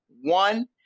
one